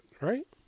right